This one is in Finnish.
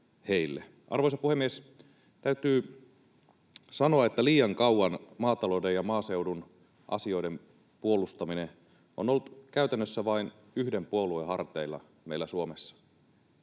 Arvoisa puhemies! Täytyy sanoa, että liian kauan maatalouden ja maaseudun asioiden puolustaminen on ollut käytännössä vain yhden puolueen harteilla meillä Suomessa.